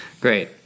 Great